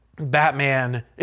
Batman